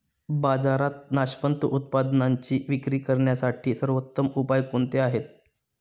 बाजारात नाशवंत उत्पादनांची विक्री करण्यासाठी सर्वोत्तम उपाय कोणते आहेत?